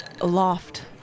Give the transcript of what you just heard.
aloft